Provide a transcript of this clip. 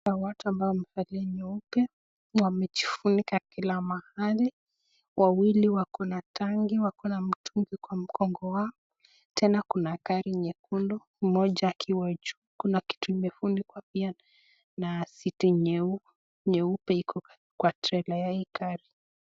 Kuna watu ambao wamevalia nyeupe wamejifunika kila mahali, wawili wako na tanki, wako na mtungi kwa mgongo wao, tena kuna gari nyekundu, mmoja akiwa juu. Kuna kitu imefunikwa pia na suti nyeupe iko kwa trela ya hii gari.